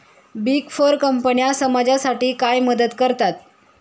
Big four कंपन्या समाजासाठी काय मदत करतात?